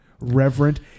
reverent